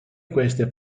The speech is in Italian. queste